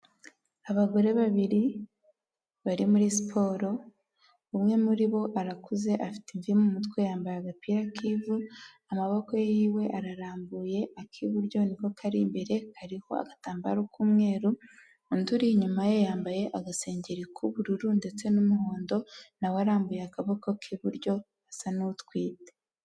Abagore babiri, bari muri siporo, umwe muri bo arakuze afite imvi mu mutwe, yambaye agapira k'ivu, amaboko yiwe ararambuye, ak'iburyo niko kari imbere, kariho agatambaro k'umweru, undi uri inyuma ye yambaye agasengeri k'ubururu ndetse n'umuhondo na we arambuye akaboko k'iburyo asa n'utwite.